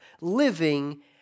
living